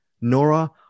Nora